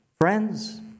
Friends